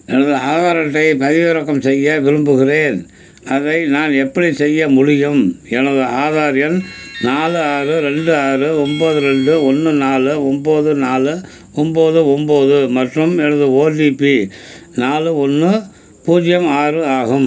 எனது ஆதார் அட்டையைப் பதிவிறக்கம் செய்ய விரும்புகிறேன் அதை நான் எப்படி செய்ய முடியும் எனது ஆதார் எண் நாலு ஆறு ரெண்டு ஆறு ஒம்பது ரெண்டு ஒன்று நாலு ஒம்பது நாலு ஒம்பது ஒம்பது மற்றும் எனது ஓடிபி நாலு ஒன்று பூஜ்ஜியம் ஆறு ஆகும்